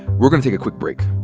we're gonna take a quick break.